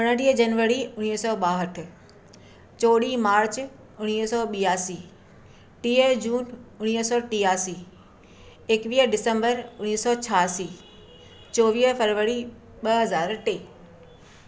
उणटीह जनवरी उणिवीह सौ ॿाहठि चोॾह मार्च उणिवीह सौ ॿियासी टीह जून उणिवीह सौ टियासी एकवीह डिसंबर उणिवीह सौ छाहासी चोवीह फरवरी ॿ हज़ार टे